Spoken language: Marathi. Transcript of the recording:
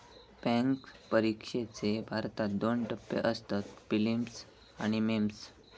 बॅन्क परिक्षेचे भारतात दोन टप्पे असतत, पिलिम्स आणि मेंस